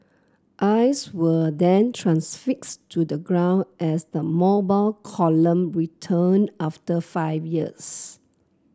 eyes were then transfixed to the ground as the Mobile Column returned after five years